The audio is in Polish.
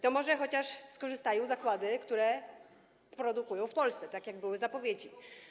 To może chociaż skorzystają zakłady, które produkują w Polsce, tak jak były zapowiedzi?